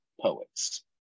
poets